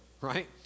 right